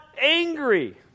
angry